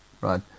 right